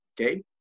okay